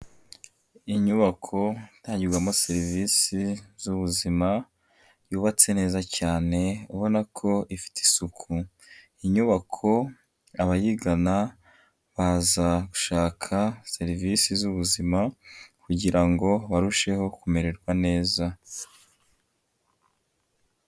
Inyubako itangirwamo serivisi z'ubuzima yubatse neza cyane, ubona ko ifite isuku, inyubako abayigana baza gushaka serivisi z'ubuzima kugira ngo barusheho kumererwa neza.